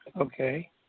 Okay